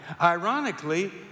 Ironically